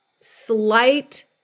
slight